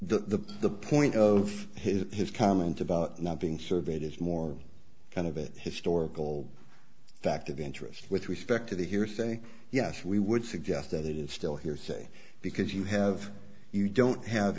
admissible the the point of his his comment about not being surveyed is more than a bit historical fact of interest with respect to the hearsay yes we would suggest that it is still hearsay because you have you don't have